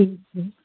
हूं हूं